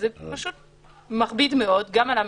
זה מכביד מאוד גם על הממשלה,